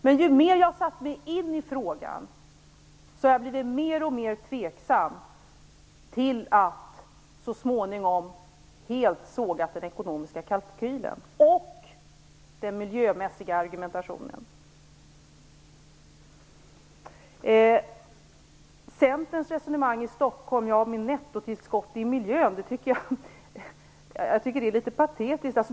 Men ju mer jag satte mig in i frågan desto mer tveksam har jag blivit och så småningom helt sågat den ekonomiska kalkylen och den miljömässiga argumentationen. Centerns resonemang i Stockholm om nettotillskott i miljön är litet patetiskt.